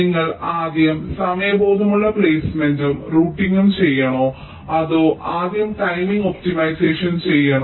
നിങ്ങൾ ആദ്യം സമയബോധമുള്ള പ്ലെയ്സ്മെന്റും റൂട്ടിംഗും ചെയ്യണോ അതോ ആദ്യം ടൈമിംഗ് ഒപ്റ്റിമൈസേഷൻ ചെയ്യണോ